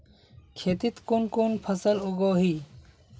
खेतीत कुन कुन फसल उगेई?